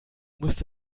musst